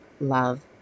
love